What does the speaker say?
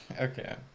Okay